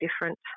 different